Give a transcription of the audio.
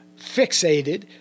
fixated